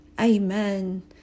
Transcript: Amen